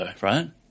right